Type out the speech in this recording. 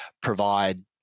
provide